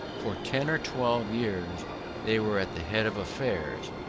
for ten or twelve years they were at the head of affairs,